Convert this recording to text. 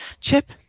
Chip